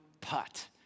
putt